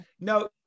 No